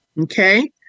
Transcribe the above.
okay